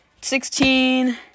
sixteen